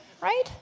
Right